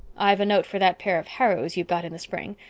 i've a note for that pair of harrows you've got in the spring.